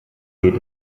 geht